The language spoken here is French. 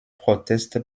proteste